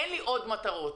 אין לי עוד מטרות.